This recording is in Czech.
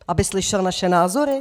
Aby slyšel naše názory?